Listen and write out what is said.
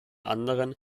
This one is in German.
anderen